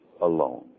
alone